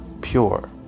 pure